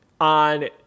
on